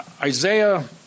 Isaiah